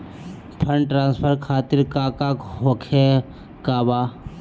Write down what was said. Fund transfer खातिर काका होखे का बा?